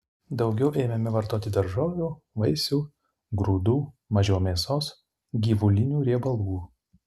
daugiau ėmėme vartoti daržovių vaisių grūdų mažiau mėsos gyvulinių riebalų